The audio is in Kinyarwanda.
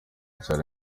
cyari